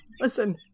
Listen